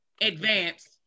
advance